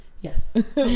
Yes